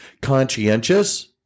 Conscientious